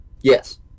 Yes